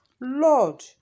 Lord